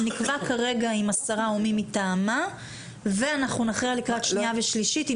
נקבע כרגע עם השרה או מי מטעמה ואנחנו נכריע לקראת שנייה ושלישית.